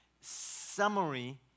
summary